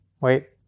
Wait